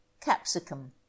Capsicum